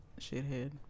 shithead